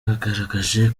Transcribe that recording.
bagaragaje